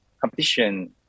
competition